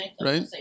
right